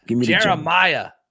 Jeremiah